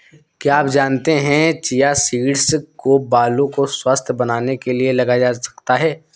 क्या आप जानते है चिया सीड्स को बालों को स्वस्थ्य बनाने के लिए लगाया जा सकता है?